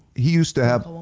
he used to have,